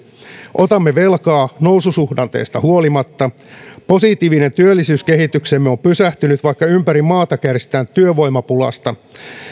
otamme velkaa noususuhdanteesta huolimatta positiivinen työllisyyskehityksemme on pysähtynyt vaikka ympäri maata kärsitään työvoimapulasta